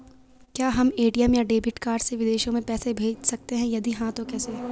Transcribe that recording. क्या हम ए.टी.एम या डेबिट कार्ड से विदेशों में पैसे भेज सकते हैं यदि हाँ तो कैसे?